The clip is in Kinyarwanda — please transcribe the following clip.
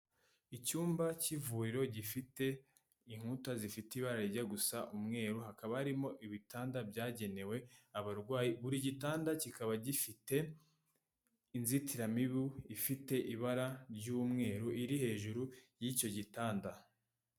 Icyumba cy'ivuriro gifite inkuta zifite ibara rijya gusa umweru, hakaba harimo ibitanda byagenewe abarwayi, buri gitanda kikaba gifite inzitiramibu ifite ibara ry'umweru, iri hejuru y'icyo gitanda.